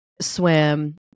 swim